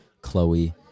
Chloe